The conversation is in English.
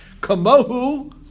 Kamohu